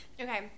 okay